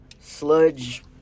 sludge